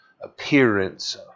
appearance